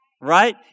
right